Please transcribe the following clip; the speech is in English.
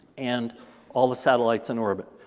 and all the satellites in orbit,